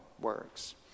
works